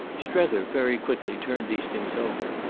strether, very quickly, turned these things over.